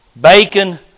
bacon